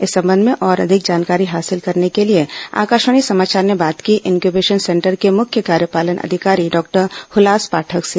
इस संबंध में और अधिक जानकारी हासिल करने के लिए आकाशवाणी समाचार ने बात की इन्क्यूबेशन सेंटर के मुख्य कार्यपालन अधिकारी डॉक्टर हुलास पाठक से